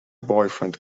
boyfriend